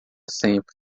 sempre